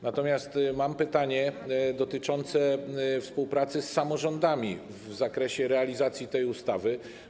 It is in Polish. Natomiast mam pytanie dotyczące współpracy z samorządami w zakresie realizacji tej ustawy.